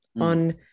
on